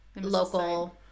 local